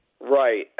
Right